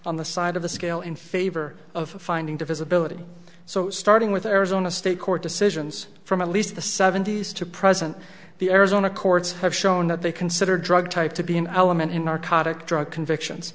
on the side of the scale in favor of finding divisibility so starting with arizona state court decisions from at least the seventy's to present the arizona courts have shown that they consider drug type to be an element in narcotic drug convictions